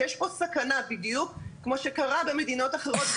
שיש כאן סכנה, בדיוק כמו שקרה במדינות אחרות.